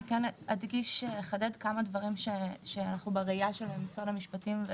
אני אבקש לחדד כמה דברים שבראייה של משרד המשפטים.